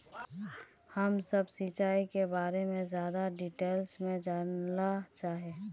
हम सब सिंचाई के बारे में ज्यादा डिटेल्स में जाने ला चाहे?